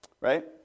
right